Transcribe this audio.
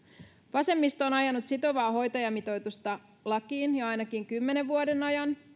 vasemmisto on ajanut sitovaa hoitajamitoitusta lakiin jo ainakin kymmenen vuoden ajan